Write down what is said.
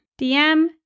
DM